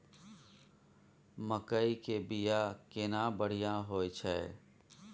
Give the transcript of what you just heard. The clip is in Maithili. मकई के बीया केना बढ़िया होय छै?